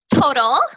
total